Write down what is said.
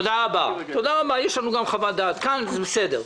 תודה רבה, יש לנו גם חוות דעת כאן, זה בסדר.